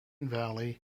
valley